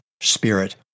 spirit